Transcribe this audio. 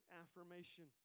affirmation